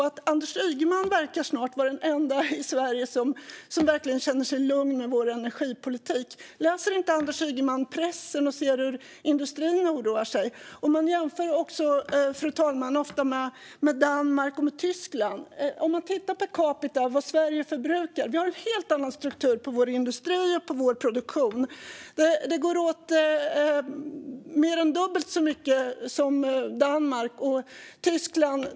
Anders Ygeman verkar snart vara den enda i Sverige som verkligen känner sig lugn med vår energipolitik. Läser Anders Ygeman inte pressen, och ser han inte hur industrierna oroar sig? Man jämför ofta med Danmark och Tyskland, fru talman, men om vi tittar på vad Sverige förbrukar per capita ser vi att vi har en helt annan struktur på vår industri och produktion. Det går åt mer än dubbelt så mycket per capita som det gör i Danmark och i Tyskland.